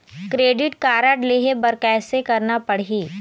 Credit card लेहे बर कैसे करना पड़ही?